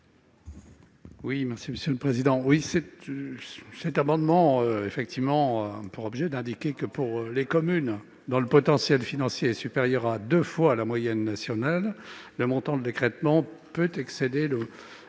Quel est l'avis de la commission ? Cet amendement a pour objet d'indiquer que, pour les communes dont le potentiel financier est supérieur à deux fois la moyenne nationale, le montant de l'écrêtement peut excéder celui de